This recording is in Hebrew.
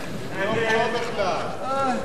ההסתייגות של חברי הכנסת דניאל בן-סימון,